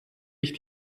ich